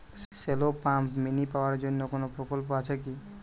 Shallow pump mini পাওয়ার জন্য কোনো প্রকল্প আছে কি?